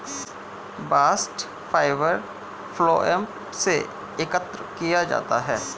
bast fibre phloem से एकत्र किया जाता है